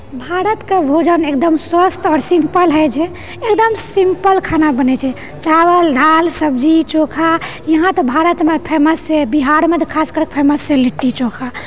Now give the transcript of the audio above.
भारतकऽ भोजन एकदम स्वस्थ आओर सिम्पल होयत छै एकदम सिम्पल खाना बनैत छै चावल दाल सब्जी चोखा यहाँ तऽ भारतमऽ तऽ फेमस छै बिहारमऽ तऽ खासकर फेमस छै लिट्टी चोखा